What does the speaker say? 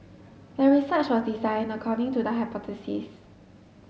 the research was designed according to the hypothesis